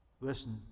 Listen